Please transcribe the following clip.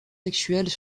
sexuelles